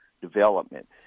development